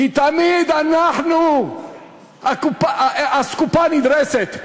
כי תמיד אנחנו אסקופה נדרסת,